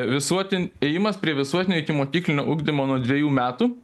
visuotin ėjimas prie visuotinio ikimokyklinio ugdymo nuo dvejų metų